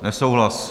Nesouhlas.